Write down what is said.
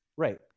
Right